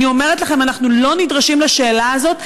אני אומרת לכם: אנחנו לא נדרשים לשאלה הזאת.